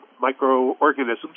microorganisms